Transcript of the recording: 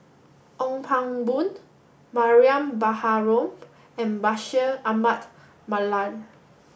Ong Pang Boon Mariam Baharom and Bashir Ahmad Mallal